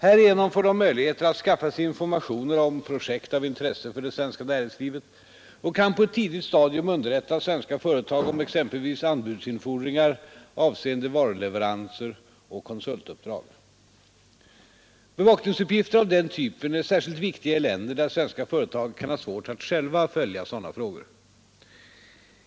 Härigenom får de möjligheter att skaffa sig informationer om projekt av intresse för det svenska näringslivet och kan på ett tidigt stadium underrätta svenska företag om exempelvis anbudsinfordringar avseende varuleveranser och konsultuppdrag. Bevakningsuppgifter av den typen är särskilt viktiga i länder där svenska företag kan ha svårt att själva följa sådana frågor.